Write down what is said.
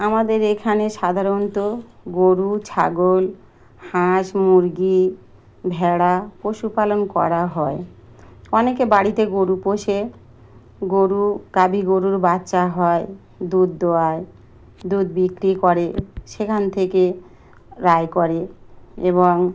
আমাদের এখানে সাধারণত গরু ছাগল হাঁস মুরগি ভেড়া পশুপালন করা হয় অনেকে বাড়িতে গরু পোষে গরু গাভী গরুর বাচ্চা হয় দুধ দোয়ায়ে দুধ বিক্রি করে সেখান থেকে আয় করে এবং